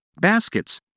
baskets